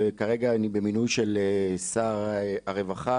וכרגע אני במינוי של שר הרווחה,